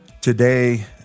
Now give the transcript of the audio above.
today